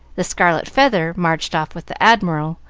the scarlet feather marched off with the admiral,